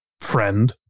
friend